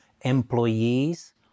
employees